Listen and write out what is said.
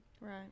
Right